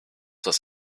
das